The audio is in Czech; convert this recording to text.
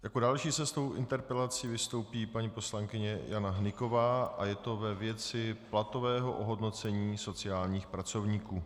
Jako další se svou interpelací vystoupí paní poslankyně Jana Hnyková a je to ve věci platového ohodnocení sociálních pracovníků.